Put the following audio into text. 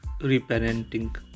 Reparenting